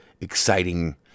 exciting